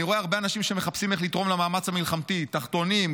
"אני רואה הרבה אנשים שמחפשים איך לתרום למאמץ המלחמתי: תחתונים,